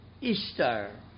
Easter